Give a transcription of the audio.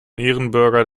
ehrenbürger